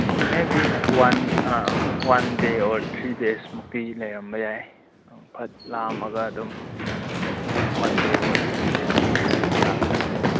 maybe one uh one day or three ꯗꯦꯁꯃꯨꯛꯇꯤ ꯂꯩꯔꯝꯕ ꯌꯥꯏ ꯐꯠ ꯂꯥꯛꯑꯝꯃꯒ ꯑꯗꯨꯝ one day or three days ꯑꯗꯨꯝ ꯂꯩꯕ ꯌꯥꯒꯅꯤ